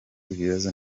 ibibazo